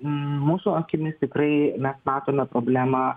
mūsų akimis tikrai mes matome problemą